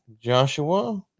Joshua